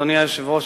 אדוני היושב-ראש,